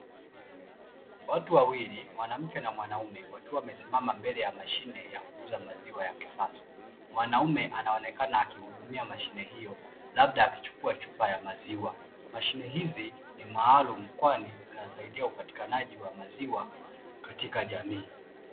Watu wawili, mwanamke na mwanaume, wakiwa wamesimama mbele ya mashine ya kuuza maziwa ya kisasa. Mwanaume anaonekana akihudumia mashine hiyo, labda akichukua chupa ya maziwa. Mashine hizi ni maalumu kwani zinasaidia upatikanaji wa maziwa katika jamii.